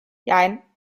jein